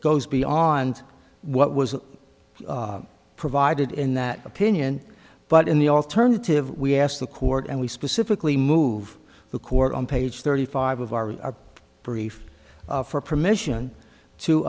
goes beyond what was provided in that opinion but in the alternative we asked the court and we specifically move the court on page thirty five of our brief for permission to